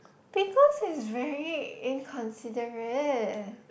because it's very inconsiderate